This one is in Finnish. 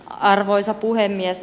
arvoisa puhemies